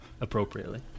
Appropriately